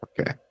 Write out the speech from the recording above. Okay